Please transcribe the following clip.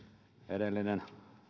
edellinen